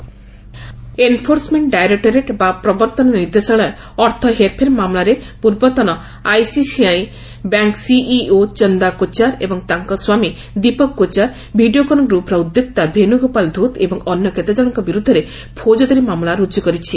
ED ICICI enforcement directorate ବା ପ୍ରବର୍ତ୍ତନ ନିର୍ଦ୍ଦେଶାଳୟ ଅର୍ଥ ହେର୍ଫେର୍ ମାମଲାରେ ପୂର୍ବତନ ICICI bank CEO Chanda Kochhar ଏବଂ ତାଙ୍କ ସ୍ୱାମୀ ଦୀପକ କୋଚାର ଭିଡ଼ିଓକନ୍ ଗ୍ରପ୍ର ଉଦ୍ୟୋକ୍ତା ଭେଣୁଗୋପାଳ ଧୂତ ଏବଂ ଅନ୍ୟ କେତେ ଜଣଙ୍କ ବିରୁଦ୍ଧରେ ପୌଜଦାରୀ ମାମଲା ରୁଜୁ କରିଛି